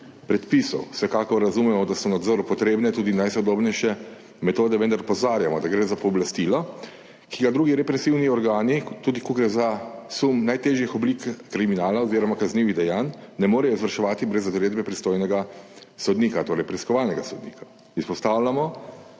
predpisov. Vsekakor razumemo, da so v nadzoru potrebne tudi najsodobnejše metode, vendar opozarjamo, da gre za pooblastilo, ki ga drugi represivni organi, tudi ko gre za sum najtežjih oblik kriminala oziroma kaznivih dejanj, ne morejo izvrševati brez odredbe pristojnega sodnika, torej preiskovalnega sodnika. Izpostavljamo,